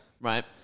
right